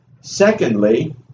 secondly